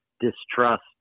distrust